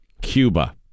Cuba